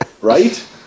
right